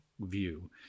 view